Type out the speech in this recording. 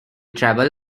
travel